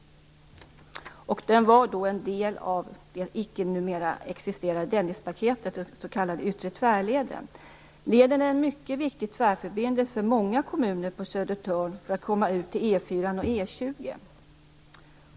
Den var då en del av det numera icke-existerande Dennispaketet, den s.k. Yttre tvärleden. Leden är en mycket viktig tvärförbindelse för många kommuner på Södertörn när det gäller att komma ut till E4:an och E20.